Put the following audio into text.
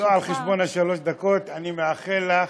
לא על חשבון שלוש הדקות, אני מאחל לך,